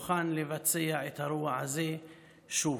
מוכן לבצע את הרוע הזה שוב".